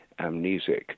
amnesic